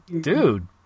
dude